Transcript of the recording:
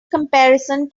comparison